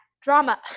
drama